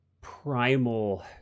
primal